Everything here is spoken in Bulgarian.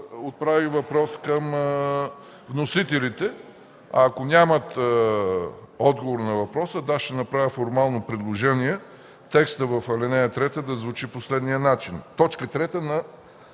Отправих въпрос към вносителите. Ако нямат отговор на въпроса, да – ще направя формално предложение текстът в ал. 3 да звучи по следния начин. Това е т.